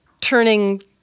turning